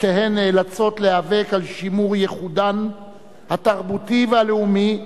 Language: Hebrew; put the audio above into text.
שתיהן נאלצות להיאבק על שימור ייחודן התרבותי והלאומי,